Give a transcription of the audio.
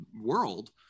world